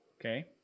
Okay